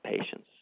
patients